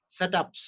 setups